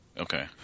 Okay